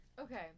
Okay